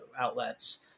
outlets